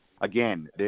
again